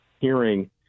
hearing